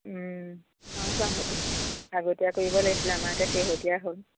হয় বাৰু সেইটো আগতীয়া কৰিব লাগিছিলে আমাৰ এতিয়া শেহতীয়া হ'ল